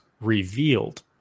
revealed